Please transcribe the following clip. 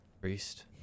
priest